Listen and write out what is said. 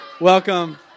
welcome